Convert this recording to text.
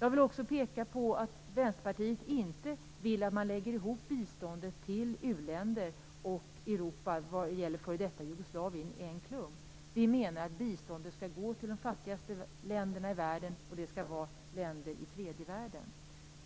Jag vill också peka på att Vänsterpartiet inte vill att man lägger ihop biståndet till u-länder och till Europa - det gäller f.d. Jugoslavien - i en klump. Vi menar att biståndet skall gå till de fattigaste länderna i världen, och det skall vara länder i tredje världen.